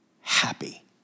happy